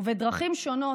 ובדרכים שונות,